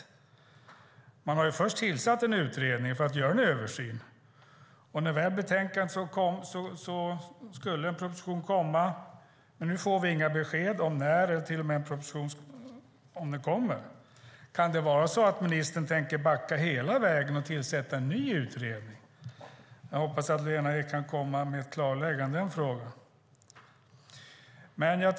Först tillsattes en utredning för att göra en översyn. När väl en proposition ska komma får vi inga besked om när det sker eller om den ens kommer. Kan det vara så att ministern tänker backa hela vägen och tillsätta en ny utredning? Jag hoppas att Lena Ek kan komma med ett klarläggande i den frågan.